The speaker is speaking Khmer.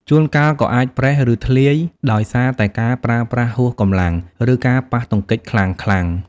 ជួនកាលក៏អាចប្រេះ ឬធ្លាយដោយសារតែការប្រើប្រាស់ហួសកម្លាំង ឬការប៉ះទង្គិចខ្លាំងៗ។